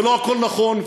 ולא הכול נכון,